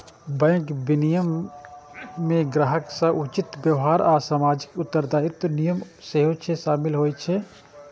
bank विनियमन मे ग्राहक सं उचित व्यवहार आ सामाजिक उत्तरदायित्वक नियम सेहो शामिल होइ छै